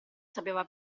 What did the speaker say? sapeva